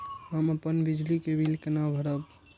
हम अपन बिजली के बिल केना भरब?